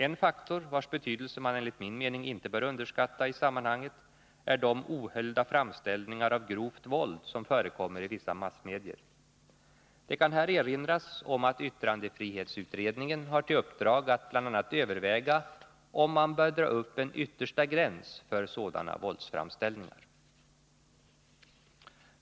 En faktor, vars betydelse man enligt min mening inte bör underskatta i sammanhanget, är de ohöljda framställningar av grovt våld som förekommer i vissa massmedier. Det kan här erinras om att yttrandefrihetsutredningen har till uppdrag att bl.a. överväga om man bör dra upp en yttersta gräns för sådana våldsframställningar.